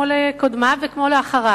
כמו לקודמיו וכמו לאלה